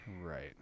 right